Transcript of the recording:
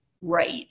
right